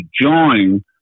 join